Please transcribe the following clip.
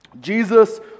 Jesus